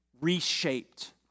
reshaped